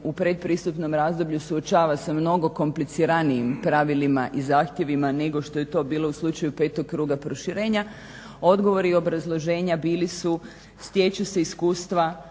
u pretpristupnom razdoblju suočava sa mnogo kompliciranijim pravilima i zahtjevima nego što je to bilo u slučaju petog kruga proširenja. Odgovor i obrazloženja bili su, stječu se iskustva